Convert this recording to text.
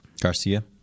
Garcia